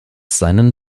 seinen